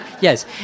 Yes